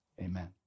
amen